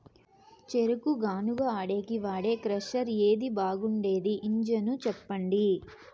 చెరుకు గానుగ ఆడేకి వాడే క్రషర్ ఏది బాగుండేది ఇంజను చెప్పండి?